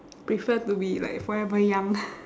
prefer to be like forever young